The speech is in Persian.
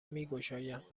میگشایند